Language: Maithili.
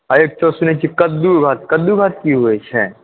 आ एकटा सुनए छियै कद्दू भात कद्दू भात की होइ छै